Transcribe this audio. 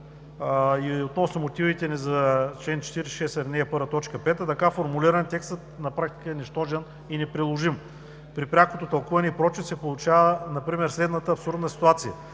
И относно мотивите ни за чл. 46, ал. 1, т. 5 – така формулиран, текстът на практика е нищожен и неприложим. При прякото тълкуване и прочит се получава например следната абсурдна ситуация: